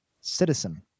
Citizen